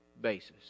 basis